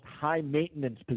high-maintenance